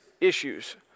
issues